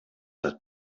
that